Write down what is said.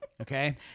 Okay